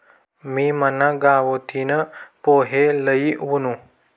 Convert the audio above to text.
मी मना गावतीन पोहे लई वुनू